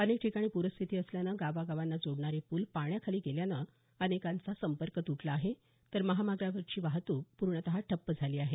अनेक ठिकाणी प्रस्थिती असल्यानं गावा गावांना जोडणारे प्रल पाण्याखाली गेल्यानं अनेकांचा संपर्क तुटला आहे तर महामार्गावरची वाहतूक पूर्णतः ठप्प झाली आहे